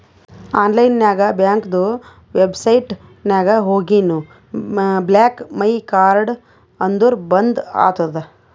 online ನಾಗ್ ಬ್ಯಾಂಕ್ದು website ನಾಗ್ ಹೋಗಿನು ಬ್ಲಾಕ್ ಮೈ ಕಾರ್ಡ್ ಅಂದುರ್ ಬಂದ್ ಆತುದ